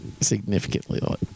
significantly